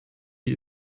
die